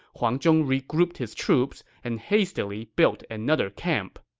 huang zhong regrouped his troops and hastily built another camp.